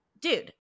dude